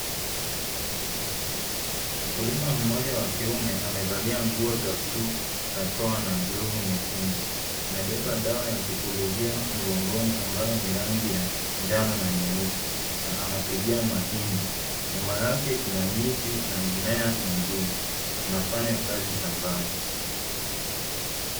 Mkulima mmoja wa kiume amevalia nguo za blue ,barakoa na glovu nyekundu. Amebeba dawa ya kupilizia mgongoni ambayo ni rangi ya njano na nyeusi na anapigia mahindi. Nyuma yake kuna miti na mimea mingine. Anafanya kazi shambani.